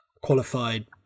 qualified